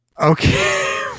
Okay